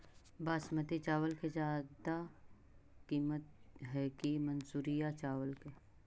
बासमती चावल के ज्यादा किमत है कि मनसुरिया चावल के?